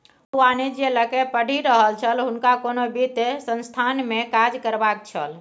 ओ वाणिज्य लकए पढ़ि रहल छल हुनका कोनो वित्त संस्थानमे काज करबाक छल